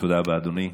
תודה רבה, אדוני.